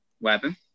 weapon